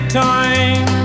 time